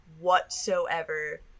whatsoever